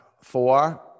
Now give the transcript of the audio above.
four